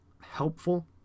helpful